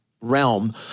realm